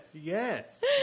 Yes